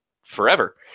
Forever